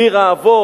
עיר האבות,